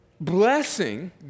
blessing